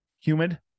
humid